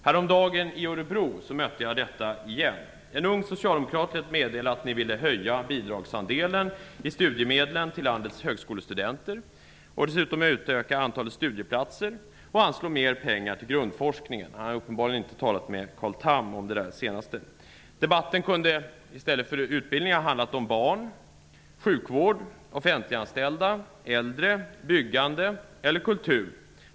Häromdagen i Örebro mötte jag detta igen. En ung socialdemokrat lät meddela att ni ville höja bidragsandelen i studiemedlen till landets högskolestudenter och dessutom utöka antalet studieplatser och anslå mer pengar till grundforskningen - om detta sista hade han uppenbarligen inte talat med Carl Tham. Debatten kunde i stället för utbildning ha handlat om barn, sjukvård, offentliganställda, äldre, byggande eller kultur.